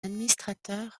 administrateur